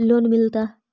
Loan मिलता?